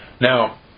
now